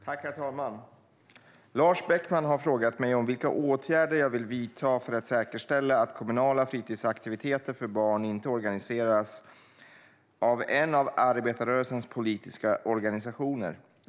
Herr talman! Lars Beckman har frågat mig vilka åtgärder jag vill vidta för att säkerställa att kommunala fritidsaktiviteter för barn inte organiseras av en av arbetarrörelsens politiska organisationer.